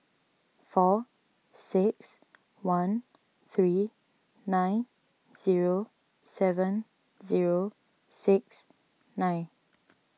four six one three nine zero seven zero six nine